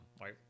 Right